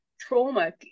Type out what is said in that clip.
trauma